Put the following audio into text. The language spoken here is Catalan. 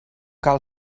cal